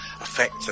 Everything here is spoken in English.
affect